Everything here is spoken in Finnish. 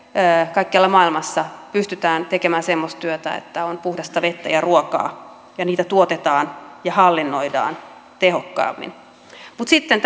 kaikkialla maailmassa pystytään tekemään semmoista työtä että on puhdasta vettä ja ruokaa ja niitä tuotetaan ja hallinnoidaan tehokkaammin mutta sitten